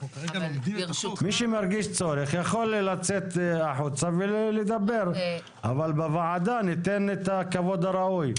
מי שמרגיש צורך יכול לצאת החוצה ולדבר אבל בוועדה ניתן את הכבוד הראוי.